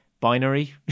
binary